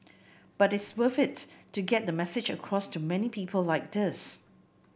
but it's worth it to get the message across to many people like this